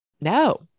No